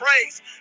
praise